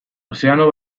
ozeano